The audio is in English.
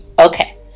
Okay